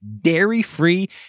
dairy-free